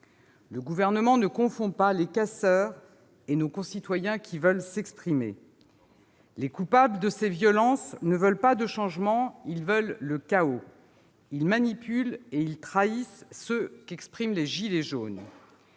Le Gouvernement ne confond pas les casseurs et nos concitoyens qui veulent s'exprimer. Tant mieux. Les coupables de ces violences ne veulent pas de changement ; ils veulent le chaos. Ils manipulent et ils trahissent ce qu'expriment les « gilets jaunes